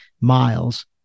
miles